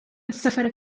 السفر